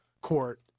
court